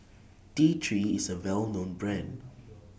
T three IS A Well known Brand